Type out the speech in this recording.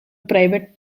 private